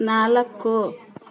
ನಾಲ್ಕು